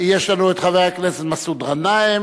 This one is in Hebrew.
יש לנו את חבר הכנסת מסעוד גנאים,